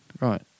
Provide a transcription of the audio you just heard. right